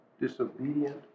disobedient